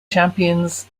champions